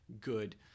good